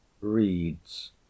reads